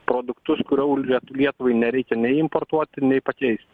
produktus kuriau liet lietuvai nereikia nei importuoti nei pakeisti